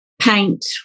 paint